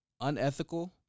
unethical